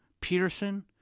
Peterson